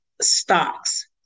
stocks